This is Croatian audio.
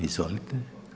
Izvolite.